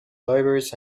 libraries